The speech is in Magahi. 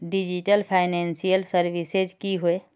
डिजिटल फैनांशियल सर्विसेज की होय?